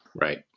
Right